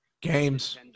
Games